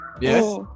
Yes